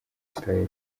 israël